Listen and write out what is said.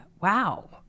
Wow